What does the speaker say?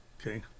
Okay